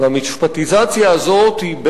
והמשפטיזציה הזאת היא,